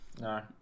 No